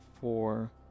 four